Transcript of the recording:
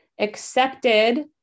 accepted